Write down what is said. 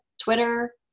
Twitter